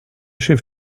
chef